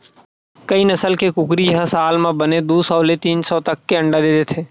कइ नसल के कुकरी ह साल म बने दू सौ ले तीन सौ तक के अंडा दे देथे